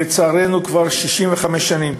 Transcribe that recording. לצערנו, כבר 65 שנים.